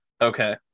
Okay